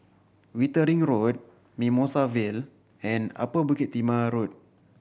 Wittering Road Mimosa Vale and Upper Bukit Timah Road